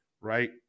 right